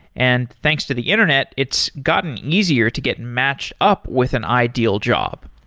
and thanks to the internet, it's gotten easier to get matched up with an ideal job.